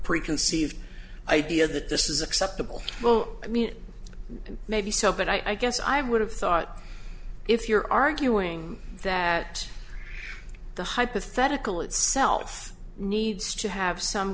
preconceived idea that this is acceptable well i mean maybe so but i guess i would have thought if you're arguing that the hypothetical itself needs to have some